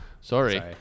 sorry